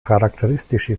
charakteristische